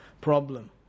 problem